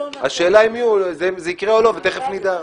השאלה אם זה יקרה או לא, ותיכף נדע.